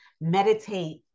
meditate